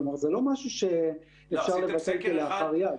כלומר, זה לא משהו שאפשר לבטל כלאחר יד.